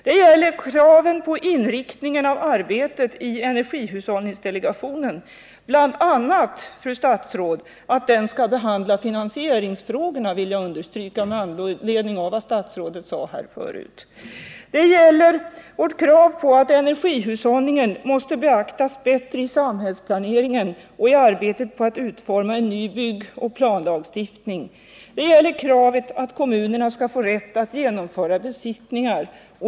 Det gäller kraven på inriktningen av arbetet i energihushållningsdelegationen — bl.a., fru statsråd, att delegationen skall behandla finansieringsfrågor, det vill jag understryka med anledning av vad statsrådet sade här förut. Det gäller vårt krav på att energihushållningen måste beaktas bättre i samhällsplaneringen och i arbetet på att utforma en ny byggoch planlagstiftning. Det gäller kravet att kommunerna skall få rätt att genomföra besiktningar.